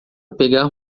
pegar